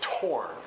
torn